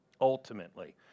ultimately